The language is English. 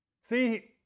see